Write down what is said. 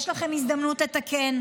יש לכם הזדמנות לתקן.